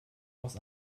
aus